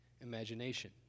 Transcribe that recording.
imagination